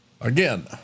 Again